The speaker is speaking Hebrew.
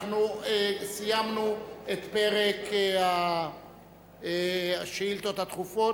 סיימנו את פרק השאילתות הדחופות,